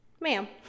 ma'am